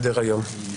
אתה קוטע את דבריי.